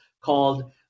called